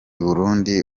burundi